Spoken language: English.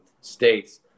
states